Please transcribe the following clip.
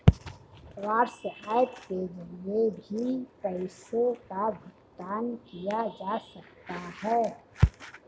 WhatsApp के जरिए भी पैसों का भुगतान किया जा सकता है